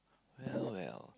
well well